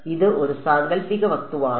ഇത് ഒരു സാങ്കൽപ്പിക വസ്തുവാണ്